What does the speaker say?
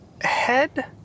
head